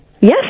Yes